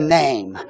name